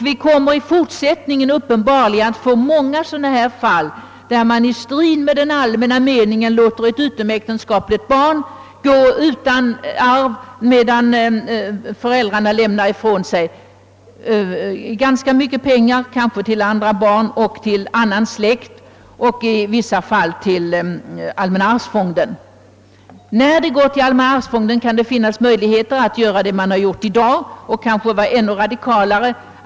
Vi kommer uppenbarligen att i fortsättningen få många sådana fall, där man i strid med den allmänna meningen låter ett utomäktenskapligt barn bli utan arv, medan för äldrarna lämnar efter sig ganska mycket pengar, kanske till andra barn och till annan släkt och i vissa fall till allmänna arvsfonden. När då ett arv gått till allmänna arvsfonden kan det finnas möjligheter att göra det man gjort i dag, ja, kanske att vara ännu radikalare.